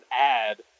ad